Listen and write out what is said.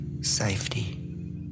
safety